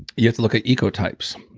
you have to look at eco types.